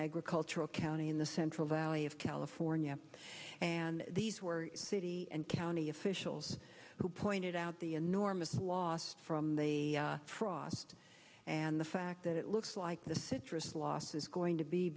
agricultural county in the central valley of california and these were city and county officials who pointed out the enormous loss from the frost and the fact that it looks like the citrus loss is going to be